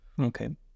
Okay